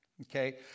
Okay